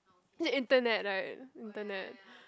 need internet right internet